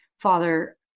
Father